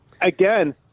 again